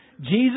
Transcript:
Jesus